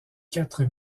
quatre